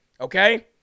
okay